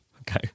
okay